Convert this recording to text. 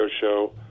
show